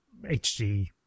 HD